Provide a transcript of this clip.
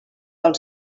del